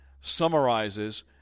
summarizes